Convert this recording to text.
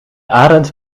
arend